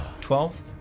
Twelve